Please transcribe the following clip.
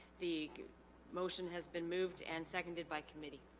the motion has been moved and seconded by committee